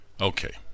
Okay